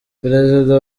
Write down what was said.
perezida